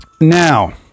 Now